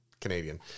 canadian